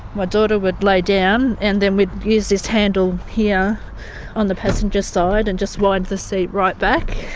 my daughter would lay down and then we'd use this handle here on the passenger side and just wind the seat right back,